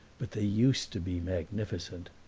but they used to be magnificent!